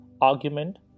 argument